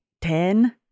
Ten